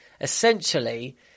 essentially